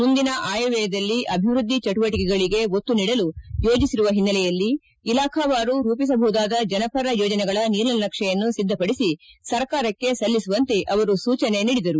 ಮುಂದಿನ ಆಯವ್ಯದಲ್ಲಿ ಅಭಿವೃದ್ಲಿ ಚಟುವಟಕೆಗಳಗೆ ಒತ್ತು ನೀಡಲು ಯೋಜಿಸಿರುವ ಹಿನ್ನಲೆಯಲ್ಲಿ ಇಲಾಖಾವಾರು ರೂಪಿಸಬಹುದಾದ ಜನಪರ ಯೋಜನೆಗಳ ನೀಲನಕ್ಷೆಯನ್ನು ಸಿದ್ದಪಡಿಸಿ ಸರ್ಕಾರಕ್ಕೆ ಸಲ್ಲಿಸುವಂತೆ ಅವರು ಸೂಜನೆ ನೀಡಿದರು